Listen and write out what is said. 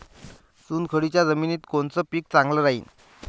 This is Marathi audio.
चुनखडीच्या जमिनीत कोनचं पीक चांगलं राहीन?